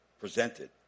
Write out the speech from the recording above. presented